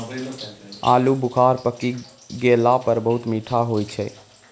आलू बुखारा पकी गेला पर बहुत मीठा होय छै